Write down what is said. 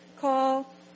call